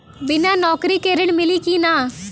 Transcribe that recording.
बिना नौकरी के ऋण मिली कि ना?